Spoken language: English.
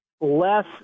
less